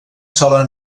sola